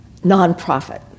nonprofit